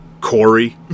Corey